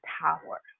tower